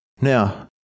now